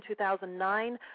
2009